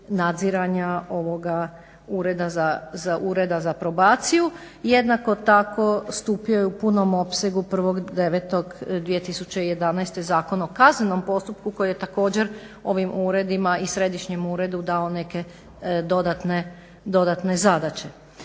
nadziranja ovoga Ureda za probaciju. Jednako tako stupio je u punom opsegu 1.9. 2011. Zakon o kaznenom postupku koje je također ovim uredima i središnjem uredu dao neke dodatne zadaće.